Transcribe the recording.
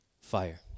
fire